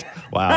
Wow